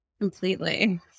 completely